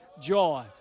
joy